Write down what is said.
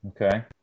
Okay